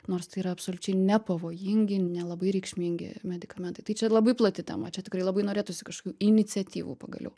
nors tai yra absoliučiai nepavojingi nelabai reikšmingi medikamentai tai čia labai plati tema čia tikrai labai norėtųsi kažkokių iniciatyvų pagaliau